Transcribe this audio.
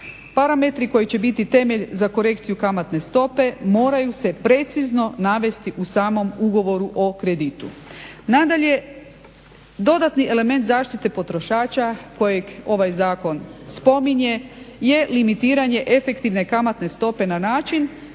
Parametri koji će biti temelj za korekciju kamatne stope moraju se precizno navesti u samom ugovoru o kreditu. Nadalje, dodatni element zaštite potrošača kojeg ovaj zakon spominje je limitiranje efektivne kamatne stope na način